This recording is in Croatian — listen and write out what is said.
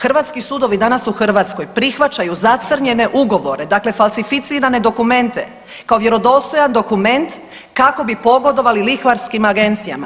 Hrvatski sudovi danas u Hrvatskoj prihvaćaju zacrnjene ugovore, dakle falsificirane dokumente kao vjerodostojan dokument kako bi pogodovali lihvarskim agencijama.